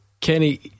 Kenny